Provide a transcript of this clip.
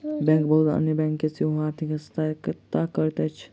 bank बहुत अन्य bank के सेहो आर्थिक सहायता करैत अछि